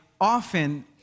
often